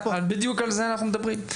בדיוק על זה אנחנו מדברים.